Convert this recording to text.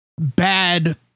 bad